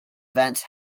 events